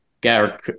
Garrett –